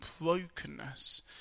brokenness